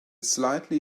slightly